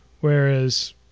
Whereas